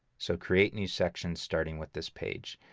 so, create new section starting with this page.